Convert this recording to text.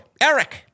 Eric